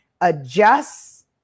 adjust